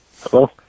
Hello